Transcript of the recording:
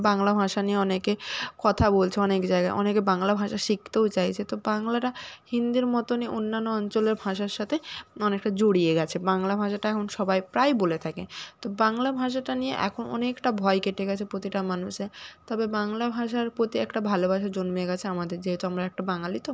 বাংলা ভাষা নিয়ে অনেকে কথা বলছে অনেক জায়গায় অনেকে বাংলা ভাষা শিখতেও চাইছে তো বাংলাটা হিন্দির মতনই অন্যান্য অঞ্চলের ভাষার সাথে অনেকটা জড়িয়ে গেছে বাংলা ভাষাটা এখন সবাই প্রায়ই বলে থাকে তো বাংলা ভাষাটা নিয়ে এখন অনেকটা ভয় কেটে গেছে প্রতিটা মানুষের তবে বাংলা ভাষার প্রতি একটা ভালোবাসা জন্মে গেছে আমাদের যেহেতু আমরা একটা বাঙালি তো